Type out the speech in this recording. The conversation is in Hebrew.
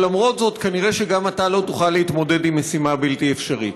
אבל למרות זאת כנראה גם אתה לא תוכל להתמודד עם משימה בלתי אפשרית.